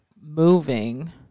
moving